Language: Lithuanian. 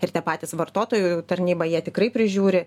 ir tie patys vartotojų tarnyba jie tikrai prižiūri